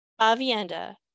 Avienda